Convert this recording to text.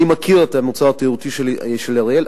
אני מכיר את המוצר התיירותי של אריאל.